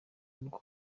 nuko